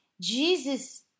Jesus